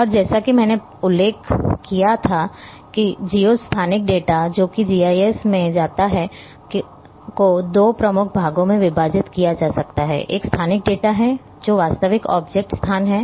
और जैसा कि मैंने पहले उल्लेख किया था कि जिओ स्थानिक डेटा जो कि जीआईएस में जाता है को दो प्रमुख भागों में विभाजित किया जा सकता है एक स्थानिक डेटा है जो एक वास्तविक ऑब्जेक्ट स्थान है